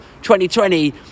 2020